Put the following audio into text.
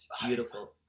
Beautiful